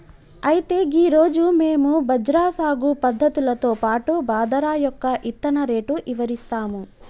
అయితే గీ రోజు మేము బజ్రా సాగు పద్ధతులతో పాటు బాదరా యొక్క ఇత్తన రేటు ఇవరిస్తాము